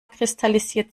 kristallisiert